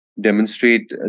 demonstrate